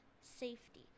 safety